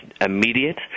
immediate